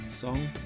song